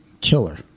killer